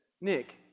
Nick